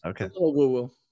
Okay